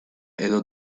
edo